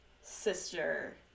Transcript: sister